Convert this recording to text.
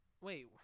Wait